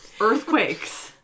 Earthquakes